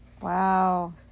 Wow